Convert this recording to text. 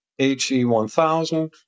HE1000